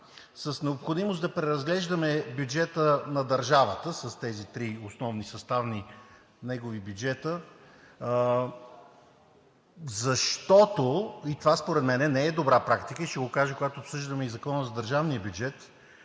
с необходимост да преразглеждаме бюджета на държавата с тези три негови основни съставни бюджета. Защото – това според мен не е добра практика и ще го кажа, когато обсъждаме Закона за държавния бюджет,